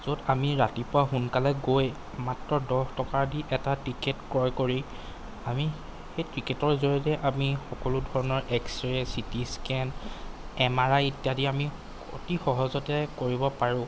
য'ত আমি ৰাতিপুৱা সোনকালে গৈ মাত্ৰ দহ টকা দি এটা টিকেট ক্ৰয় কৰি আমি সেই টিকেটৰ জৰিয়তে আমি সকলো ধৰণৰ X ray CT scan M R I ইত্যাদি আমি অতি সহজতে কৰিব পাৰো